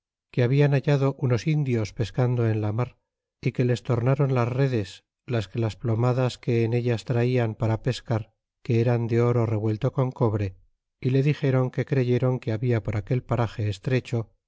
que hablan hallado unos indios pescando en la mar y que les tornron las redes la que las plomadas que en ellas traian para pescar que eran de oro revuelto con cobre y le dixéron que creyeron que habla por aquel parage estrecho